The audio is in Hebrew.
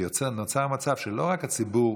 נוצר מצב שלא רק הציבור